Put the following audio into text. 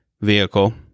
vehicle